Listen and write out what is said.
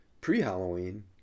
pre-Halloween